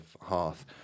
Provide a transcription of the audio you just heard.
hearth